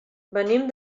venim